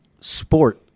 sport